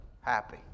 happy